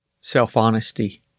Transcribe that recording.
Self-Honesty